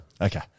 Okay